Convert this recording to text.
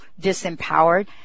disempowered